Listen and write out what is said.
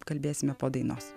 kalbėsime po dainos